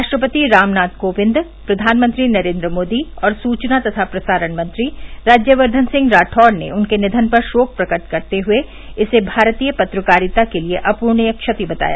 राष्ट्रपति रामनाथ कोविंद प्रधानमंत्री नरेन्द्र मोदी और सूचना तथा प्रसारण मंत्री राज्यवर्द्वन सिंह राठौड़ ने उनके निधन पर शोक प्रकट करते हुए इसे भारतीय पत्रकारिता के लिए अपूरणीय क्षति बताया